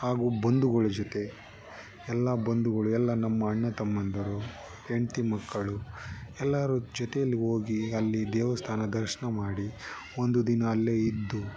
ಹಾಗೂ ಬಂಧುಗಳ ಜೊತೆ ಎಲ್ಲ ಬಂಧುಗಳು ಎಲ್ಲ ನಮ್ಮ ಅಣ್ಣ ತಮ್ಮಂದಿರು ಹೆಂಡತಿ ಮಕ್ಕಳು ಎಲ್ಲರೂ ಜೊತೆಯಲ್ಲಿ ಹೋಗಿ ಅಲ್ಲಿ ದೇವಸ್ಥಾನ ದರ್ಶನ ಮಾಡಿ ಒಂದು ದಿನ ಅಲ್ಲೇ ಇದ್ದು